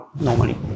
normally